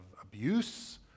abuse